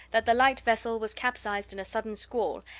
that the light vessel was capsized in a sudden squall,